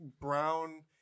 Brown